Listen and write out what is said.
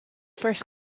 first